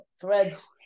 Threads